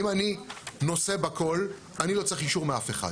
אם אני נושא בכל, אני לא צריך אישור מאף אחד.